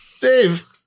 Dave